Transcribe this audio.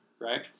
right